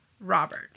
Robert